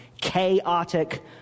chaotic